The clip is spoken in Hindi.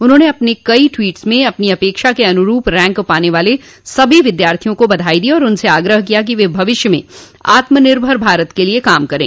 उन्होंने अपने कई ट्वीट में अपनी अपेक्षा के अनरूप रैंक पाने वाले सभी विद्यार्थियों को भी बधाई दी और उनसे आग्रह किया है कि वे भविष्य में आत्मनिर्भर भारत के लिए काम करें